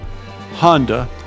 Honda